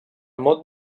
mot